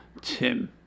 Tim